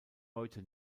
heute